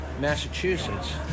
Massachusetts